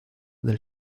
del